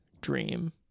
dream